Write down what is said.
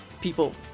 people